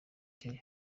kenya